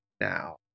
now